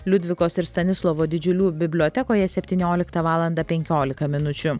liudvikos ir stanislovo didžiulių bibliotekoje septynioliktą valandą penkiolika minučių